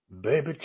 baby